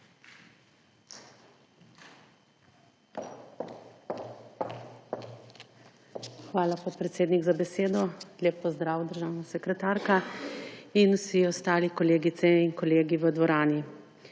Hvala, podpredsednik, za besedo. Lep pozdrav, državna sekretarka in vsi ostali, kolegice in kolegi v dvorani!